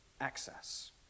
access